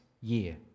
year